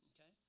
okay